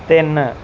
ਤਿੰਨ